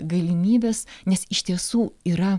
galimybės nes iš tiesų yra